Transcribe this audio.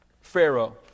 Pharaoh